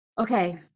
Okay